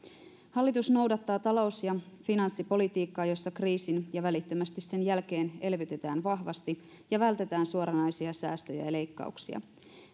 hallitus noudattaa talous ja finanssipolitiikkaa jossa kriisin ja välittömästi sen jälkeen elvytetään vahvasti ja vältetään suoranaisia säästöjä ja leikkauksia